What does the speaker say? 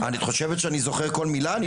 את חושבת שאני זוכר כל מילה?